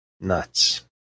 Nuts